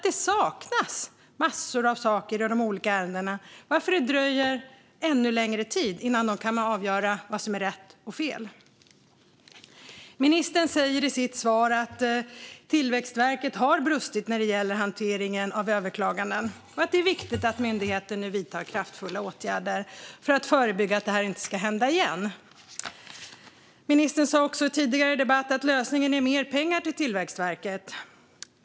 Det saknas en massa saker i de olika ärendena, varför det dröjer ännu längre tid innan det kan avgöras vad som är rätt och fel. Ministern säger i sitt svar att Tillväxtverket har brustit när det gäller hanteringen av överklaganden och att det är viktigt att myndigheten nu vidtar kraftfulla åtgärder för att förebygga att detta händer igen. Ministern sa också i en tidigare debatt att lösningen är mer pengar till Tillväxtverket.